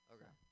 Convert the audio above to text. Okay